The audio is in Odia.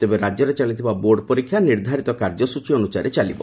ତେବେ ରାଜ୍ୟରେ ଚାଲିଥିବା ବୋର୍ଡ଼ ପରୀକ୍ଷା ନିର୍ଦ୍ଧାରିତ କାର୍ଯ୍ୟସ୍ଚୀ ଅନ୍ରସାରେ ଚାଲିବ